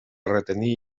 retenir